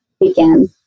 began